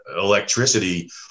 electricity